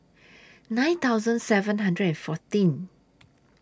nine thousand seven hundred and fourteen